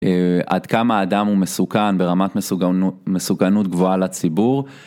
עד כמה אדם הוא מסוכן ברמת מסוכנות גבוהה לציבור.